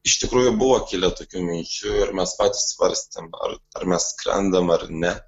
iš tikrųjų buvo kilę tokių minčių ir mes patys svarstėm ar ar mes skrendam ar ne